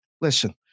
listen